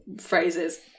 phrases